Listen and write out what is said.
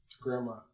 Grandma